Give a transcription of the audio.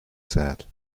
said